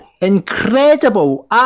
incredible